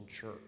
church